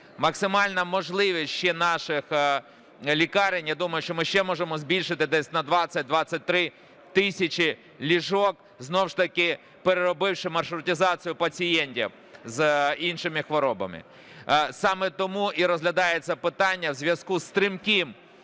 Максимальна можливість ще наших лікарень, я думаю, що ми ще можемо збільшити десь на 20-23 тисячі ліжок, знову ж таки переробивши маршрутизацію пацієнтів з іншими хворобами. Саме тому і розглядається питання у зв'язку з стрімким поширенням